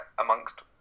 amongst